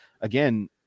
again